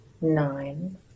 nine